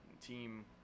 team